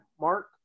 mark